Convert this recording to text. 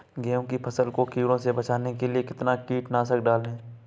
गेहूँ की फसल को कीड़ों से बचाने के लिए कितना कीटनाशक डालें?